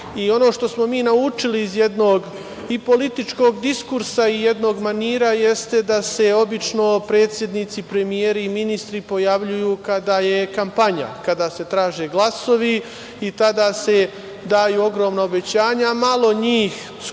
i Prijepolje i Priboj, iz jednog političkog diskursa i jednog manira jeste da se obično predsednici, premijer, ministri obično pojavljuju kada je kampanja, kada se traže glasovi i tada se daju ogromna obećanja, a malo njih, u